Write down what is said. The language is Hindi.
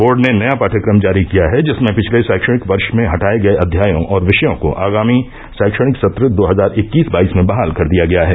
बोर्ड ने नया पाठ्यक्रम जारी किया है जिसमें पिछले शैक्षणिक वर्ष में हटाये गये अध्यायों और विषयों को अगामी शैक्षणिक सत्र दो हजार इक्कीस बाईस में बहाल कर दिया गया है